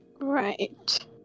right